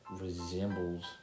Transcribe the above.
resembles